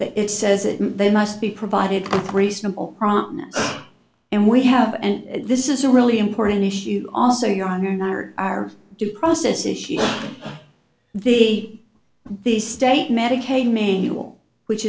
it says it they must be provided reasonable and we have and this is a really important issue also your on our due process issue the the state medicaid manual which